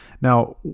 Now